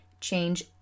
change